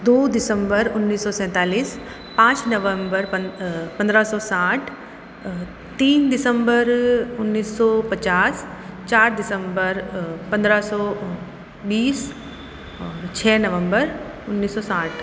दो दिसंबर उन्नीस सौ सैंतालीस पाँच नवंबर पंद्रह सौ साठ तीन दिसंबर उन्नीस सौ पचास चार दिसंबर पंद्रह सौ बीस और छः नवंबर उन्नीस सौ साठ